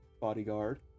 bodyguard